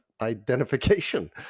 identification